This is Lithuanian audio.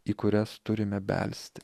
į kurias turime belsti